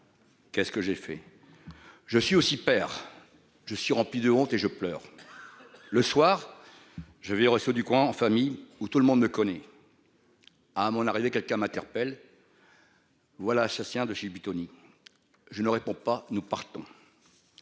Qu'est-ce que j'ai fait. Je suis aussi père. Je suis rempli de honte et je pleure. Le soir. Je vais au resto du coin en famille où tout le monde me connaît. À à mon arrivée, quelqu'un m'interpelle. Voilà ça de chez Buitoni. Je ne réponds pas, nous partons.